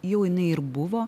jau jinai ir buvo